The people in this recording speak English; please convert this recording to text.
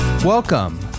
Welcome